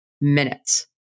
minutes